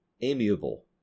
amiable